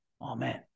Amen